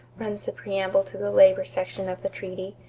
runs the preamble to the labor section of the treaty,